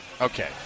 Okay